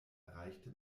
erreichte